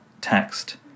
text